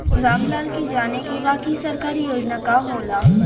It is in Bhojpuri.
राम लाल के जाने के बा की सरकारी योजना का होला?